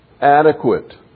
adequate